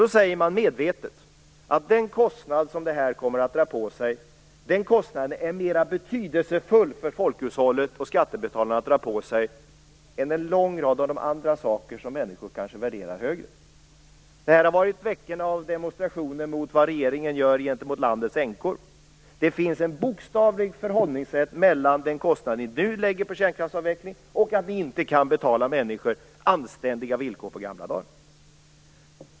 Då säger man medvetet att det är mera betydelsefullt att dra på sig den kostnad som det här kommer att föra med sig för folkhushållet och skattebetalarna än en lång rad andra saker som människor kanske värderar högre. Det har demonstrerats i veckor mot vad regeringen gör gentemot landets änkor. Det finns ett bokstavligt förhållningssätt mellan den kostnad som ni nu lägger på kärnkraftsavveckling och att ni inte kan ge äldre människor anständiga villkor.